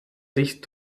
sich